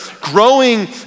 growing